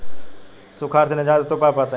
सुखार से निजात हेतु उपाय बताई?